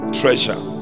treasure